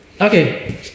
Okay